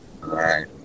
Right